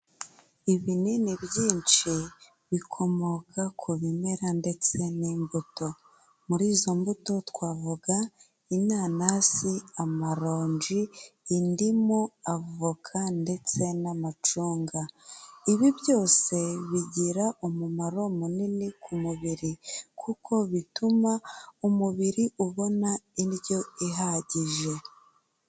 Ibinini byinshi bikomoka ku bimera ndetse n'imbuto, muri izo mbuto twavuga inanasi, amaronji, indimu, avoka ndetse n'amacunga. Ibi byose bigira umumaro munini ku mubiri kuko bituma umubiri ubona indyo ihagije.